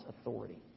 authority